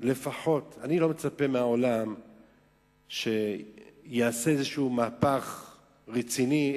אני לא מצפה מהעולם שיעשה איזה מהפך רציני,